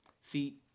see